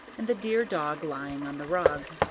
and the dear dog lying on the rug.